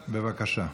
בבקשה.